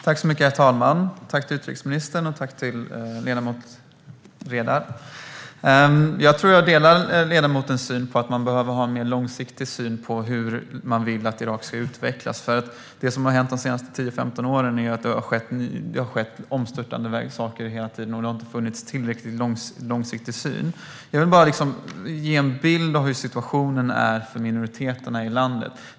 Herr talman! Tack utrikesministern och tack ledamoten Redar! Jag tror att jag delar ledamotens uppfattning att vi behöver ha en mer långsiktig syn på hur Irak ska utvecklas, för de senaste 10-15 åren har det hela tiden skett omstörtande saker, och det har inte funnits en tillräckligt långsiktig syn. Jag vill bara ge en bild av situationen för minoriteterna i landet.